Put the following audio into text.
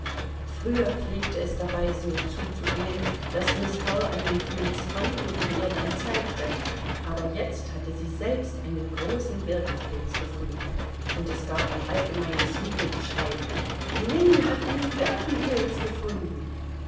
früher pflegte es dabei so zuzugehen daß miß hull einen pilz fand und ihn ihr dann zeigte aber jetzt hatte sie selbst einen großen birkenpilz gefunden und es gab ein allgemeines jubelgeschrei lilly hat einen birkenpilz gefunden